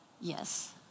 yes